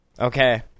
Okay